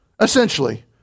essentially